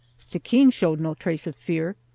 stickeen showed no trace of fear.